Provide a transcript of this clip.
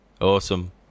Awesome